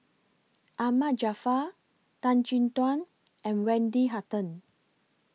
Ahmad Jaafar Tan Chin Tuan and Wendy Hutton